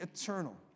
eternal